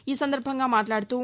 ఈ సందర్బంగా మాట్లాడుతూ